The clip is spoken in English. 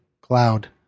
cloud